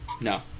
No